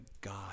God